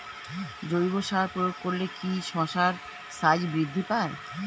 জৈব সার প্রয়োগ করলে কি শশার সাইজ বৃদ্ধি পায়?